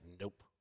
nope